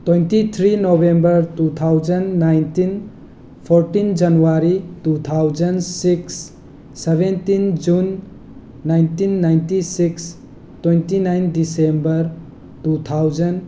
twenty three November two thousand nineteen fourteen January two thousand six seventeen June nineteen ninety six twenty nine December two thousand